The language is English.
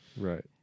Right